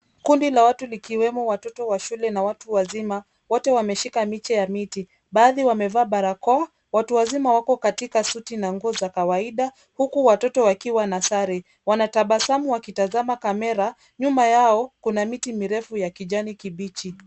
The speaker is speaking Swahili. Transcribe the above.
Kundi la watu likiwemo watoto wa shule na watu wazima. Wote wameshika miche ya miti baadhi wamevaa barakoa. Watu wazima wako katika suti na nguo za kawaida huku watoto wakiwa na sare. Wanatabasamu wakitazama kamera nyuma yao kuna miti mirefu ya kijani kibichi.